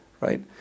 Right